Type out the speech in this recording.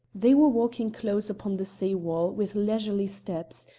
they were walking close upon the sea-wall with leisurely steps,